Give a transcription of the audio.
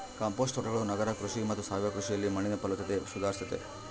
compost ತೋಟಗಳು ನಗರ ಕೃಷಿ ಮತ್ತು ಸಾವಯವ ಕೃಷಿಯಲ್ಲಿ ಮಣ್ಣಿನ ಫಲವತ್ತತೆ ಸುಧಾರಿಸ್ತತೆ